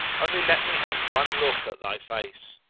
only let me have one look at thy face.